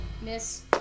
Miss